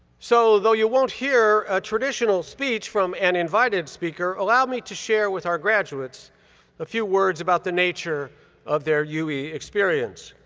so though you won't hear a traditional speech from an invited speaker, allow me to share with our graduates a few words about the nature of their ue experience.